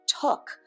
took